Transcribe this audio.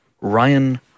Ryan